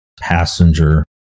passenger